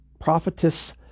prophetess